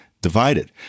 divided